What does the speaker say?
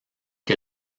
que